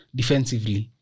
defensively